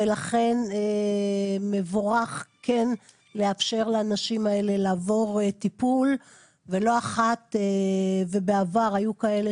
ולכן מבורך לאפשר לאנשים האלה לעבור טיפול ולא אחת בעבר היו כאלה